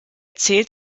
zählt